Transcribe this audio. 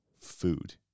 food